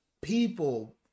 people